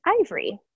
Ivory